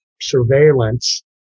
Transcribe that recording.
surveillance